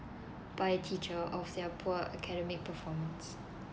by a teacher of their poor academic performance